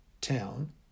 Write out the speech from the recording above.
town